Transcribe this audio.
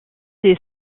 ces